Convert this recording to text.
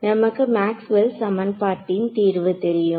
நமக்கு மேக்ஸ்வெல் சமன்பாட்டின் Maxwell's Equation தீர்வு தெரியும்